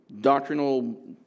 doctrinal